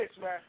man